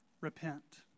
Repent